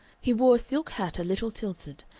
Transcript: he wore a silk hat a little tilted,